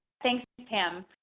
thanks, pam.